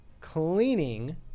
cleaning